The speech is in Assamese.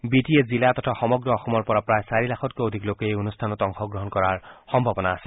বি টি এ জিলা তথা সমগ্ৰ অসমৰ পৰা প্ৰায় চাৰি লাখতকৈও অধিক লোকে এই অনুষ্ঠানত অংশগ্ৰহণ কৰাৰ সম্ভাৱনা আছে